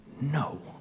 no